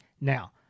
Now